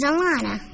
Alana